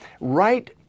right